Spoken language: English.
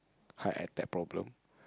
heart attack problem